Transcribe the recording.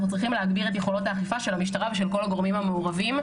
צריכים להגביר את יכולות האכיפה של המשטרה ושל כל הגורמים המעורבים.